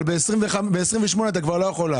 אבל ב-28 אתה כבר לא יכול להחליט.